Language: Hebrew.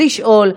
לשאול.